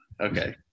okay